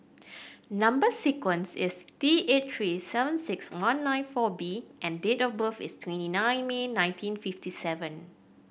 number sequence is T eight three seven six one nine four B and date of birth is twenty nine May nineteen fifty seven